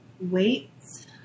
weights